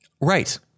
Right